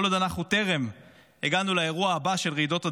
כל עוד אנחנו טרם הגענו לאירוע הבא של רעידות אדמה,